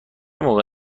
موقع